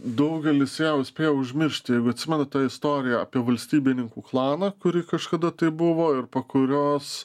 daugelis ją jau spėjo užmiršti jeigu atsimenat tą istoriją apie valstybininkų klaną kuri kažkada tai buvo ir po kurios